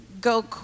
go